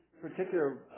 particular